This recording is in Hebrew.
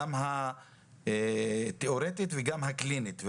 גם התיאורטית וגם הקלינית.